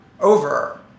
over